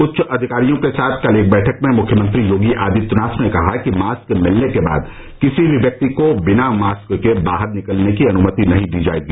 उच्च अधिकारियों के साथ कल एक बैठक में मुख्यमंत्री योगी आदित्यनाथ ने कहा कि मास्क मिलने के बाद किसी भी व्यक्ति को बिना मास्क के बाहर निकलने की अनुमति नहीं दी जाएगी